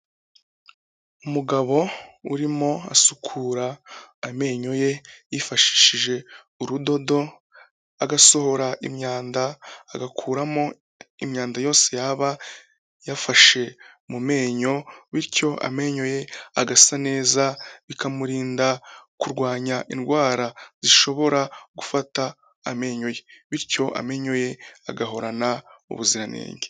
Umugabo urimo asukura amenyo ye yifashishije urudodo, agasohora imyanda, agakuramo imyanda yose yaba yafashe mu menyo bityo amenyo ye agasa neza bikamurinda kurwanya indwara zishobora gufata amenyo ye bityo amenyo ye agahorana ubuziranenge.